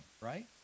right